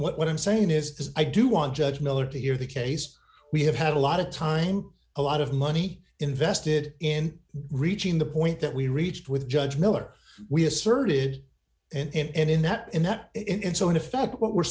what i'm saying is i do want judge miller to hear the case we have had a lot of time a lot of money invested in reaching the point that we reached with judge miller we asserted and in that in that in so in effect what we're